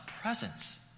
presence